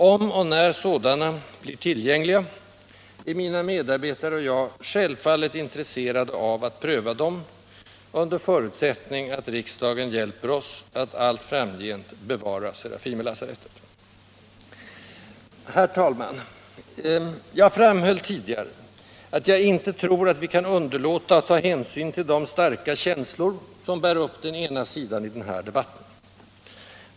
Om och när sådana blir tillgängliga är mina medarbetare och jag självfallet intresserade av att pröva dem — under förutsättning att riksdagen hjälper oss att allt framgent bevara Serafimerlasarettet. Herr talman! Jag framhöll tidigare att jag inte tror att vi kan underlåta att ta hänsyn till de starka känslor, som bär upp den ena sidan i den här debatten.